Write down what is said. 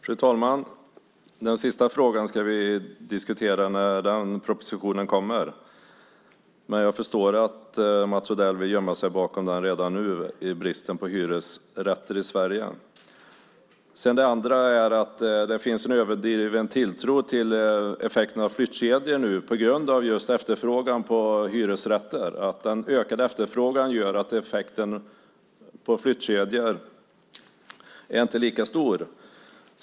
Fru talman! Den sista frågan ska vi diskutera när den propositionen kommer. Men jag förstår att Mats Odell vill gömma sig bakom den redan nu när det gäller bristen på hyresrätter i Sverige. Sedan finns det nu en överdriven tilltro till effekten av flyttkedjor. Den ökade efterfrågan på hyresrätter gör att effekten av flyttkedjor inte är lika stor.